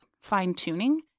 fine-tuning